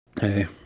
Hey